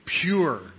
pure